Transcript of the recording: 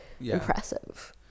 impressive